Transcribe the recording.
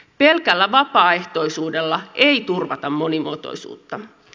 pelkällä vapaaehtoisuudella ei turvata monimuotoisuutta